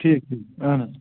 ٹھیٖک ٹھیٖک اَہَن حظ